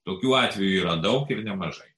tokių atvejų yra daug ir nemažai